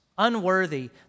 unworthy